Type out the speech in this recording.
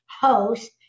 host